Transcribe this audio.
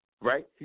right